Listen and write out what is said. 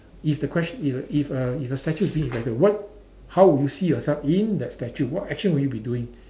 if the question if a if a if a statue is being erected what how would you see yourself in that statue what action would you be doing